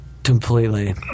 Completely